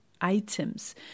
items